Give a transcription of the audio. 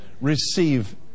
Receive